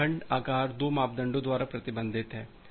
यह खंड आकार 2 मापदंडों द्वारा प्रतिबंधित है